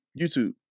YouTube